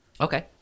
Okay